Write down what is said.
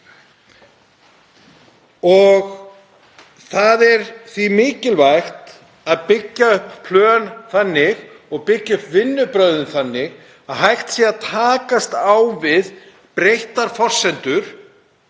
og það er því mikilvægt að byggja upp plön og vinnubrögð þannig að hægt sé að takast á við breyttar forsendur